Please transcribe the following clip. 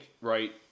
right